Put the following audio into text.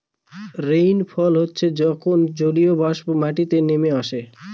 rainfall হচ্ছে যখন জলীয়বাষ্প মাটিতে নেমে আসে